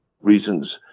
reasons